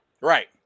Right